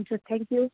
हुन्छ थ्याङ्कयू